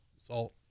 Salt